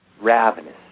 ravenous